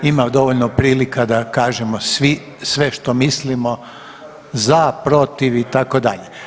Ima dovoljno prilika da kažemo svi sve što mislimo za, protiv, itd.